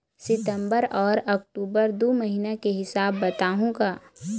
सितंबर अऊ अक्टूबर दू महीना के हिसाब बताहुं का?